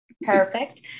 Perfect